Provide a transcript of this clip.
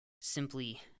simply